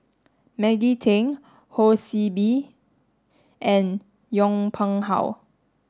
Maggie Teng Ho See Beng and Yong Pung How